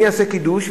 אני אעשה קידוש,